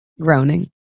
groaning